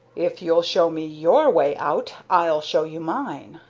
if you'll show me your way out, i'll show you mine,